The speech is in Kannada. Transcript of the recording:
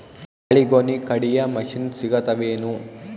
ಬಾಳಿಗೊನಿ ಕಡಿಯು ಮಷಿನ್ ಸಿಗತವೇನು?